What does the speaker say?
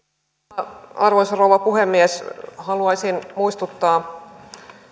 arvoisa rouva puhemies haluaisin muistuttaa